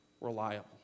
reliable